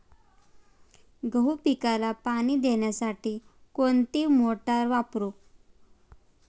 गहू पिकाला पाणी देण्यासाठी कोणती मोटार वापरू?